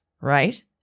right